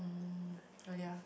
mm really ah